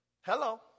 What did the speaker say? Hello